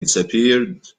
disappeared